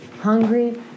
Hungry